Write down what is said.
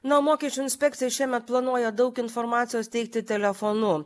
na o mokesčių inspekcija šiemet planuoja daug informacijos teikti telefonu